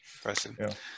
impressive